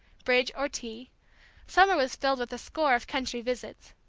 bridge or tea summer was filled with a score of country visits.